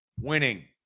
winning